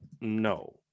No